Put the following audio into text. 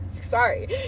Sorry